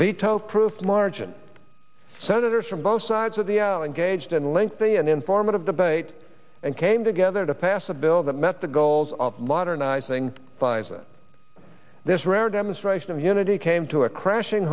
veto proof margin senators from both sides of the aisle and gauged and lengthy and informative debate and came together to pass a bill that met the goals of modernizing phys ed this rare demonstration of unity came to a crashing